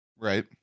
right